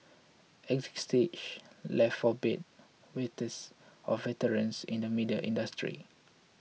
exit stage left for bed wetters or veterans in the media industry